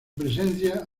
presencia